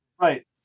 Right